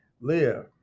live